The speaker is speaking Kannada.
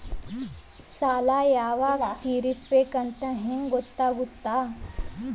ಸಾಲ ಯಾವಾಗ ತೇರಿಸಬೇಕು ಅಂತ ಹೆಂಗ್ ಗೊತ್ತಾಗುತ್ತಾ?